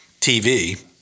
TV